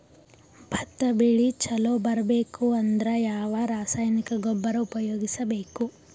ಭತ್ತ ಬೆಳಿ ಚಲೋ ಬರಬೇಕು ಅಂದ್ರ ಯಾವ ರಾಸಾಯನಿಕ ಗೊಬ್ಬರ ಉಪಯೋಗಿಸ ಬೇಕು?